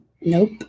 Nope